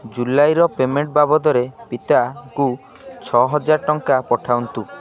ଜୁଲାଇର payment ବାବଦରେ ପିତାଙ୍କୁ ଛଅହଜାର ଟଙ୍କା ପଠାନ୍ତୁ